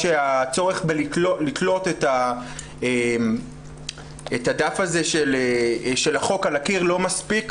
שהצורך לקלוט את הדף הזה של החוק על הקיר לא מספיק,